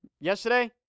Yesterday